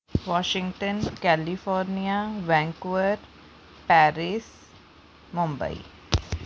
Washington California Vancouver Paris Mumbai